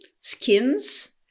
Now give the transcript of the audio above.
skins